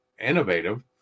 innovative